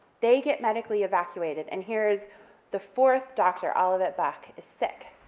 they get medically evacuated, and here's the fourth doctor, olivet buck is sick,